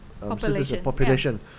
population